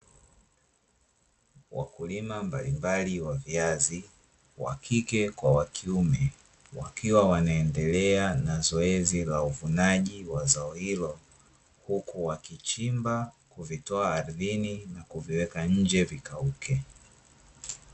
Wakulima mbalimbali wa viazi, wa kike kwa wa kiume, wakiwa wanaendelea na zoezi la uvunaji wa zao hilo, huku wakichimba kuvitoa ardhini na kuviweka nje vikauke.